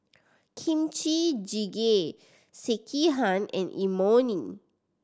Kimchi Jjigae Sekihan and Imoni